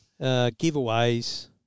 Giveaways